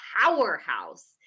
powerhouse